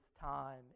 time